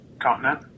Continent